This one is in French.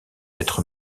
être